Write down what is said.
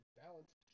balance